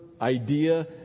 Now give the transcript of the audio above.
idea